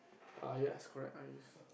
ah yes correct yes